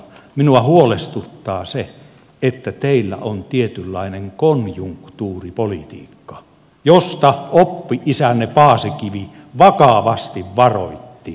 minua huolestuttaa se että teillä on tietynlainen konjunktuuripolitiikka josta oppi isänne paasikivi vakavasti varoitti